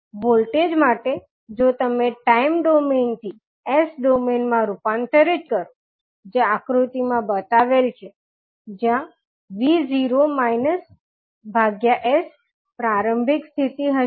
voltage માટે જો તમે ટાઇમ ડોમેઇન થી S ડોમેઇન માં રૂપાંતરિત કરો જે આકૃતિમાં બતાવેલ છે જ્યાં vs પ્રારંભિક સ્થિતિ હશે